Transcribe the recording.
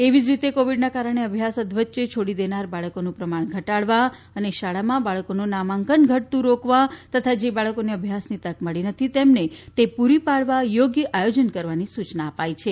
એવી જ રીતે કોવીડના કારણે અભ્યાસ અધવચ્ચે છોડી દેનાર બાળકોનું પ્રમાણ ઘટાડવા અને શાળામાં બાળકોનું નામાંકન ઘટતું રોકવા તથા જે બાળકોને અભ્યાસની તક મળી નથી તેમને તે પુરી પાડવા યોગ્ય આયોજન કરવાની સુયના અપાઈ છે